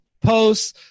posts